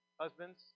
husbands